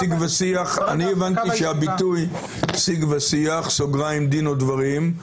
הבנתי שהביטוי שיג ושיח, בסוגריים דין ודברים,